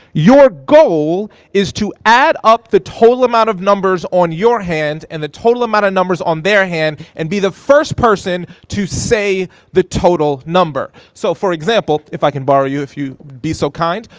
your goal is to add up the total amount of numbers on your hand and the total amount of numbers on their hand and be the first person to say the total number. so for example, if i can borrow you, if you'd be so kind.